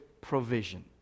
provision